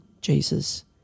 Jesus